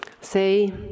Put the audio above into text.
say